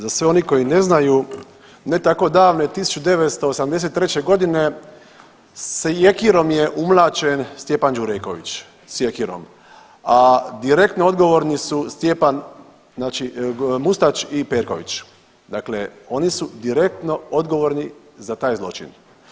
Za sve oni koji ne znaju ne tako davne 1983.g. sjekirom je umlaćen Stjepan Đureković, sjekirom, a direktno odgovorni su Stjepan, znači Mustač i Perković, dakle oni su direktno odgovorni za taj zločin.